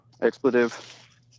expletive